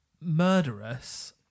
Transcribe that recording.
Murderous